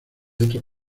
otros